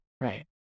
Right